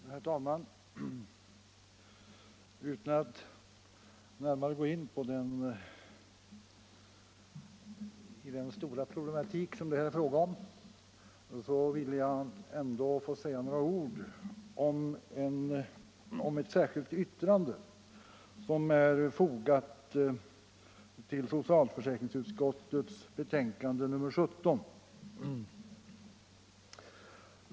Herr talman! Utan att närmare gå in på stora problem som det nu är fråga om vill jag säga några ord om ett särskilt yttrande, som är fogat till socialförsäkringsutskottets betänkande nr 17.